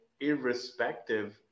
irrespective